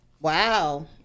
Wow